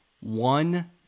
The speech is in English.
one